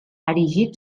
erigit